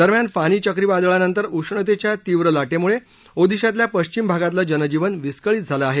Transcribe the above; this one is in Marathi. दरम्यान फानी चक्रीवादळानंतर उष्णतेच्या तीव्र लाटेमुळे ओदिशातल्या पश्चिम भागातलं जनजीवन विस्कळीत झालं आहे